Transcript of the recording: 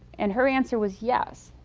and her answer was yes.